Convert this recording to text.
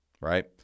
right